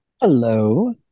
Hello